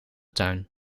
tuin